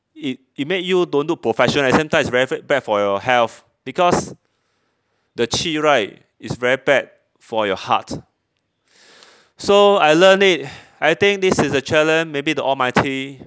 it it made you don't look professional at the same time it's very bad for your health because the chi right is very bad for your heart so I learn it I think this is a challenge maybe the almighty